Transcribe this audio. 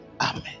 Amen